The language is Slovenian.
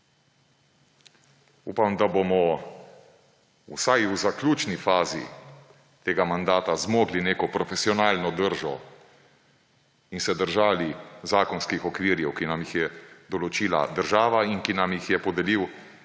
Upam, da bomo vsaj v zaključni fazi tega mandata zmogli neko profesionalno držo in se držali zakonskih okvirjev, ki nam jih je določila država in ki nam jih je podelil